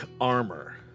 armor